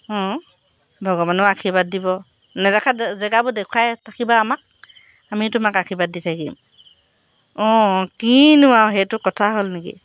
অঁ ভগৱানেও আশীৰ্বাদ দিব নেদেখা জেগাবোৰ দেখুৱাই থাকিবা আমাক আমি তোমাক আশীৰ্বাদ দি থাকিম অঁ কিনো আৰু সেইটো কথা হ'ল নেকি